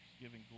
giving